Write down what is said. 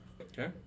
Okay